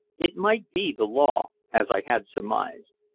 it might be the law, as i had surmised.